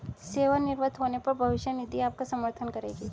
सेवानिवृत्त होने पर भविष्य निधि आपका समर्थन करेगी